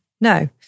No